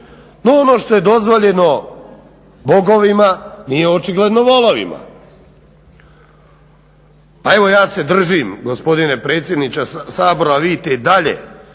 No ono što je dozvoljeno bogovima nije očigledno volovima. A evo ja se držim gospodine predsjedniče Sabora vidite i dalje